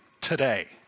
today